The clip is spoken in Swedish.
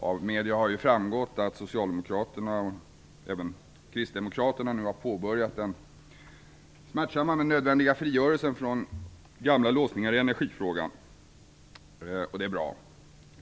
Av medierna har ju framgått att socialdemokraterna och även kristdemokraterna nu har påbörjat den smärtsamma men nödvändiga frigörelsen från gamla låsningar i energifrågan, och det är bra.